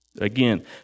Again